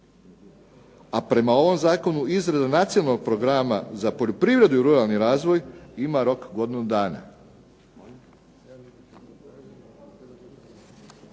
A prema ovom Zakonu izrada nacionalnog programa za poljoprivredu i ruralni razvoj ima rok godinu dana.